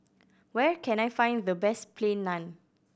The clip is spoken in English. where can I find the best Plain Naan